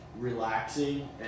Relaxing